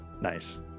nice